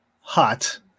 hot